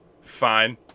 fine